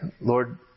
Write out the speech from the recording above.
Lord